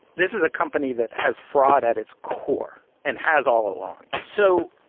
this is a company that has fraud at its core and has all along. so